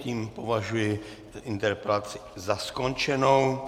Tím považuji interpelaci za skončenou.